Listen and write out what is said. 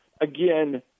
again